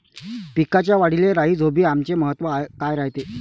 पिकाच्या वाढीले राईझोबीआमचे महत्व काय रायते?